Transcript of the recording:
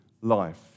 life